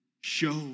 Show